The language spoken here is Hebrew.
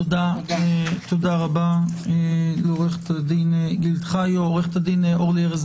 תודה רבה לעוה"ד גילד חיו.